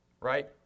right